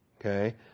Okay